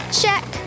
Check